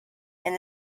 and